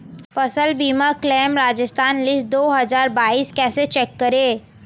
फसल बीमा claim Rajasthan list दो हज़ार बाईस कैसे चेक करें?